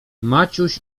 maciuś